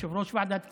כיושב-ראש ועדת כספים,